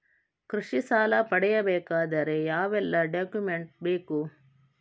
ಕೃಷಿ ಸಾಲ ಪಡೆಯಬೇಕಾದರೆ ಯಾವೆಲ್ಲ ಡಾಕ್ಯುಮೆಂಟ್ ಬೇಕು?